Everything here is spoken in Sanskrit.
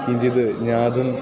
किञ्चिद् ज्ञातम्